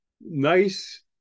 nice